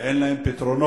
ואין להם פתרונות: